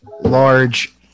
large